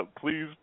please